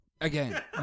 Again